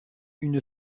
une